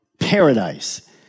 paradise